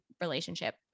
relationship